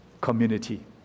community